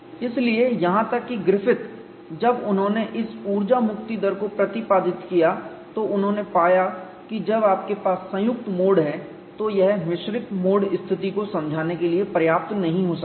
इसलिए यहां तक कि ग्रिफिथ जब उन्होंने इस ऊर्जा मुक्ति दर को प्रतिपादित किया तो उन्होंने पाया कि जब आपके पास संयुक्त मोड हैं तो यह मिश्रित मोड स्थिति को समझाने के लिए पर्याप्त नहीं हो सकता है